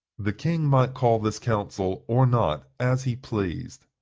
the king might call this council or not, as he pleased.